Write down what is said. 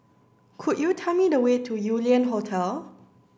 could you tell me the way to Yew Lian Hotel